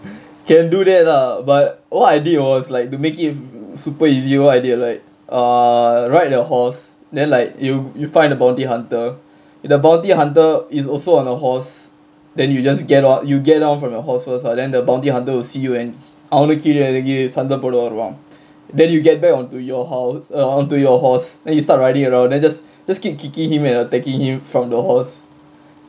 can do that lah but all I did was like to make it super easy what I did like ride the horse then like you you find a bounty hunter the bounty hunter is also on a horse then you just get out you get down from your horse first lah then the bounty hunter will see you அவனு கீழ இறங்கி சண்ட போட வருவான்:avanu keela irangi sanda poda varuvaan then you get back onto your house uh onto your horse then you start riding around then just just keep kicking him and attacking him from the horse